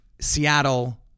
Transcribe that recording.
Seattle